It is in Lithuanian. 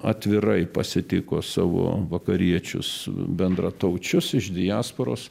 atvirai pasitiko savo vakariečius bendrataučius iš diasporos